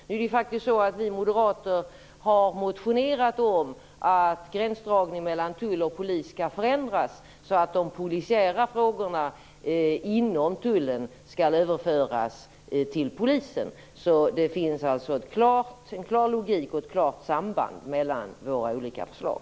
Det är faktiskt så att vi moderater har motionerat om att gränsdragningen mellan tull och polis skall förändras, så att de polisiära frågorna inom tullen överförs till polisen. Det finns alltså en klar logik och ett klart samband mellan våra olika förslag.